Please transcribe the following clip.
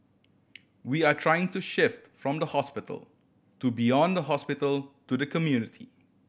we are trying to shift from the hospital to beyond the hospital to the community